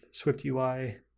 SwiftUI